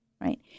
right